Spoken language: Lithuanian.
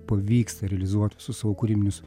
pavyksta realizuot visus savo kūrybinius